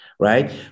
right